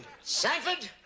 Sanford